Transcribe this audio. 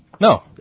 No